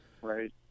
right